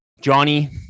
Johnny